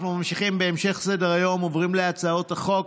אנחנו ממשיכים בסדר-היום ועוברים להצעות החוק.